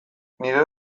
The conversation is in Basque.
nire